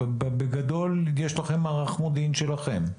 בגדול, יש לכם מערך מודיעין שלכם.